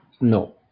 No